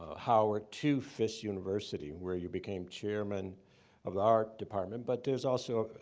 howard to fisk university, and where you became chairman of the art department, but there's also,